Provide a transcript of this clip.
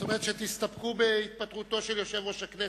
זאת אומרת שתסתפקו בהתפטרותו של יושב-ראש הכנסת,